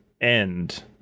end